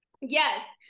yes